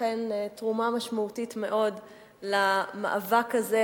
אכן תרומה משמעותית מאוד למאבק הזה,